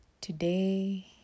Today